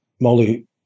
Molly